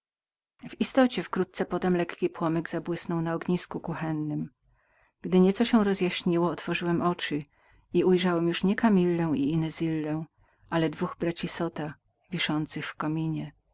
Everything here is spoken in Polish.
w istocie wkrótce potem lekki płomyk zabłysnął na ognisku kuchennem gdy nieco się rozjaśniło otworzyłem oczy i ujrzałem już nie kamillę i inezillę ale dwóch braci zota wiszących w kominie